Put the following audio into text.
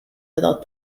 without